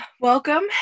Welcome